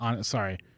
Sorry